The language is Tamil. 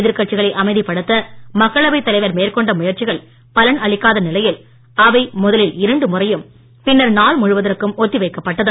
எதிர்கட்சிகளை அமைதிப் படுத்த மக்களவைத் தலைவர் மேற்கொண்ட முயற்சிகள் பலன் அளிக்காத நிலையில் அவை முதலில் இருமுறையும் பின்னர் நாள் முழுவதற்கும் ஒத்தி வைக்கப்பட்டது